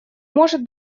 может